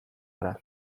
gara